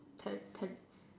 Te tele